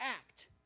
act